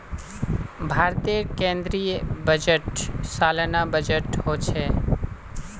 भारतेर केन्द्रीय बजट सालाना बजट होछे